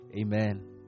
Amen